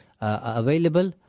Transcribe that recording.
available